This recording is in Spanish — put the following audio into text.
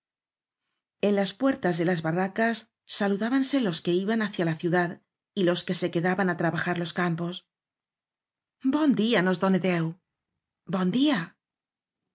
en las puertas de las barracas saludábanse los que iban hacia la ciudad y los que se que daban á trabajar los campos v'bon día nos done deu bon día